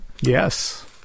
Yes